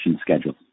schedule